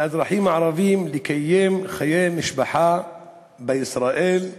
זו קריעת ים-סוף ומאבק שאני לא מסוגל להבין אותו